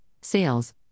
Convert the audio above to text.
sales